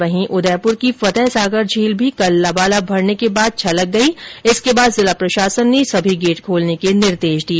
वहीं उदयपुर की फतहसागर झील भी कल लबालब भरने के बाद छलक गयी जिसके बाद जिला प्रशासन ने उसके सभी गेट खोलने के निर्देश दिए